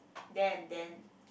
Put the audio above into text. there and then